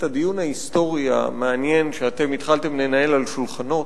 את הדיון ההיסטורי המעניין שאתם התחלתם לנהל על שולחנות,